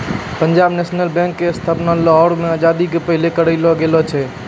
Punjab National Bank के स्थापना लाहौर मे आजादी के पहिले करलो गेलो रहै